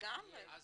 יש.